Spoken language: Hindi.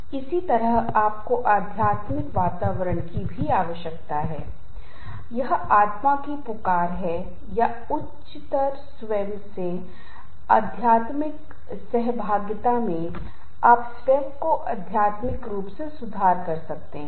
जिन व्यक्तियों को आप समझते हैं कि वे स्थिति के खिलाफ लड़ सकते हैं और वे खुद को उन परिणामों के लिए जिम्मेदार बनाते हैं जो नौकरी में होते हैं या जीवन में वे लोग होते हैं जिन्हें वे आंतरिक रूप से नियंत्रित कहते हैं